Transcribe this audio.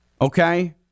Okay